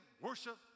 worship